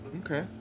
Okay